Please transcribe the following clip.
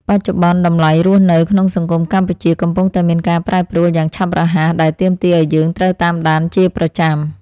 បច្ចុប្បន្ន តម្លៃរស់នៅក្នុងសង្គមកម្ពុជាកំពុងតែមានការប្រែប្រួលយ៉ាងឆាប់រហ័សដែលទាមទារឱ្យយើងត្រូវតាមដានជាប្រចាំ។